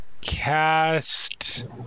cast